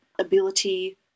ability